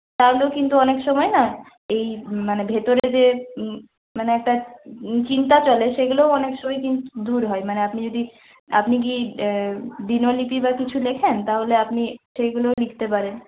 তাহলে কিন্তু অনেক সময় না এই মানে ভেতরে যে মানে একটা চিন্তা চলে সেগুলো অনেক সময় কিন্তু দূর হয় মানে আপনি যদি আপনি কি দিনলিপি বা কিছু লেখেন তাহলে আপনি সেগুলোও লিখতে পারেন